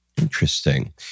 interesting